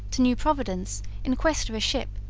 to new providence in quest of a ship,